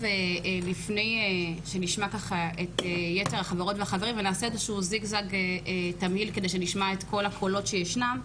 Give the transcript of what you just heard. לפני שנשמע את החברים והחברות ואת כל הקולות שישנם,